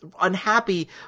unhappy